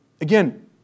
Again